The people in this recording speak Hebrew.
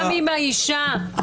גם אם האישה והילדים לא --- חברותיי,